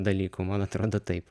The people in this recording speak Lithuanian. dalykų man atrodo taip